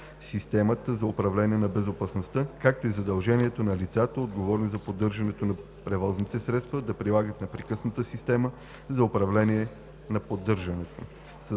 системата за управление на безопасността, както и задължението на лицата, отговорни за поддържането на превозните средства, да прилагат непрекъснато системата за управление на поддържането.